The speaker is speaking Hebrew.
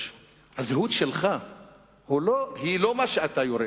שהזהות שלך היא לא מה שאתה יורש,